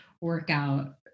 workout